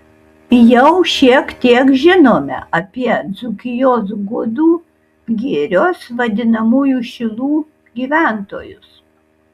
jau šiek tiek žinome apie dzūkijos gudų girios vadinamųjų šilų gyventojus